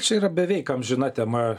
čia yra beveik amžina tema